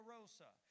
Rosa